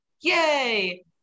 yay